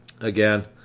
again